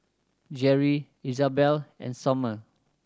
Jerri Izabelle and Sommer